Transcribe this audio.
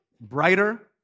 Brighter